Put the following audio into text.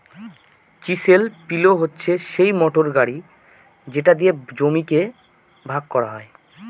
chisel পিলও হচ্ছে সিই মোটর গাড়ি যেটা দিয়ে জমিকে ভাগ করা হয়